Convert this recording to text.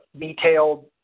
detailed